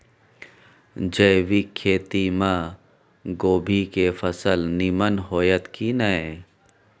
जैविक खेती म कोबी के फसल नीमन होतय की नय?